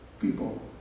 people